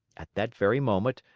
at that very moment,